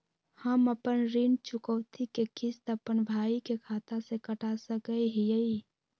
हम अपन ऋण चुकौती के किस्त, अपन भाई के खाता से कटा सकई हियई?